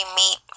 meet